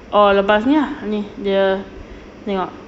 oh lepas ni ah ni dia tengok